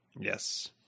Yes